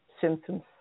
symptoms